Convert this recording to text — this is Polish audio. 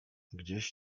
gdzieś